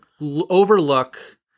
overlook